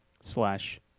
slash